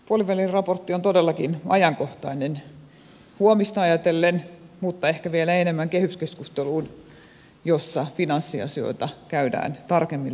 puolivälin raportti on todellakin ajankohtainen huomista ajatellen mutta ehkä vielä enemmän kehyskeskusteluun jossa finanssiasioita käydään tarkemmin läpi